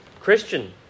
christian